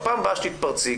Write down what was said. בפעם הבאה שתתפרצי,